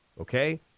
okay